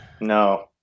No